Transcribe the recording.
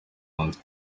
mount